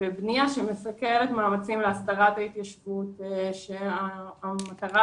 בבניה שמסכלת מאמצים להסדרת ההתיישבות כשהמטרה